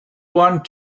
want